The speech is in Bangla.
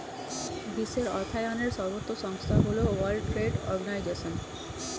বিশ্বের অর্থায়নের সর্বোত্তম সংস্থা হল ওয়ার্ল্ড ট্রেড অর্গানাইজশন